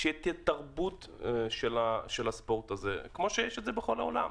ותהיה תרבות של הספורט הזה, כמו שיש בכל העולם.